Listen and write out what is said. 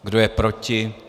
Kdo je proti?